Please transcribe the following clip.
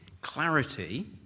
Clarity